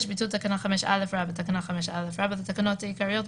ביטול תקנה 5א 6. ביטול תקנה 5א תקנות העיקריות,